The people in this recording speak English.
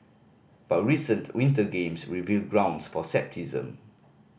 but recent Winter Games reveal grounds for scepticism